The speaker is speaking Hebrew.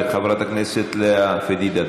וחברת הכנסת לאה פדידה,